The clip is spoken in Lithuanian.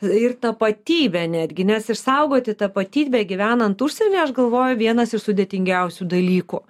ir tapatybę netgi nes išsaugoti tapatybę gyvenant užsienyje galvoju vienas iš sudėtingiausių dalykų